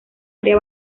área